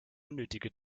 unnötige